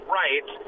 right